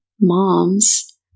moms